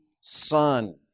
son